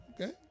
Okay